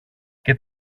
και